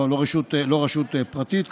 לא רשות פרטית,